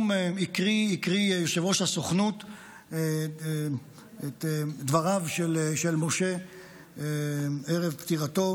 הקריא יושב-ראש הסוכנות את דבריו של משה ערב פטירתו,